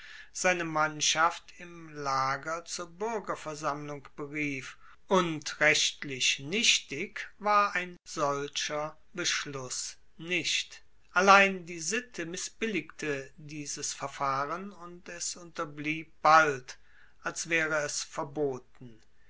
seine mannschaft im lager zur buergerversammlung berief und rechtlich nichtig war ein solcher beschluss nicht allein die sitte missbilligte dieses verfahren und es unterblieb bald als waere es verboten